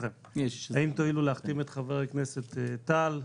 האם תואילו להחתים את חבר הכנסת טל,